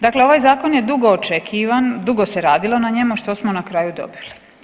Dakle, ovaj zakon je dugo očekivan, dugo se radilo na njemu, što smo na kraju dobili.